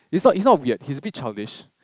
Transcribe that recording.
it's not it's not weird he's a bit childish